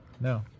No